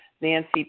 Nancy